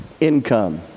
income